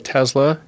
Tesla